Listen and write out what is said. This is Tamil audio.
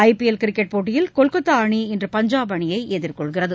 ஐ பி எல் கிரிக்கெட் போட்டியில் கொல்கத்தா அணி இன்று பஞ்சாப் அணியை எதிர்கொள்கிறது